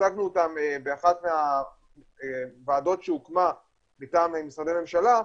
שהצגנו אותם באחת מהוועדות שהוקמה מטעם משרדי ממשלה,